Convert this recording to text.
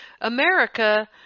America